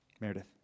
Meredith